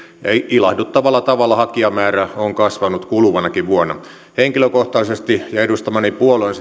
ilahduttavalla tavalla hakijamäärä on kasvanut kuluvanakin vuonna henkilökohtaisesti olen ja edustamani puolue